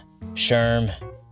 Sherm